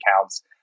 accounts